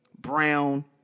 Brown